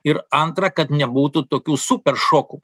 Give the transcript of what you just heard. ir antra kad nebūtų tokių super šokų